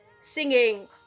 singing